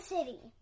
City